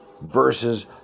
versus